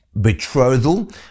Betrothal